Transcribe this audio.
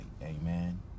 Amen